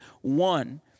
one